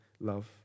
love